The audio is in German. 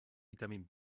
vitamin